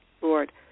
Lord